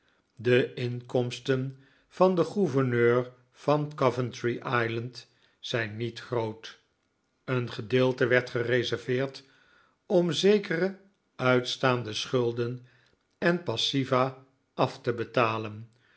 de inkomsten van den gouverneur van coventry island zijn niet groot een gedeelte werd gereserveerd om zekere uitstaande schulden en passiva af te betalen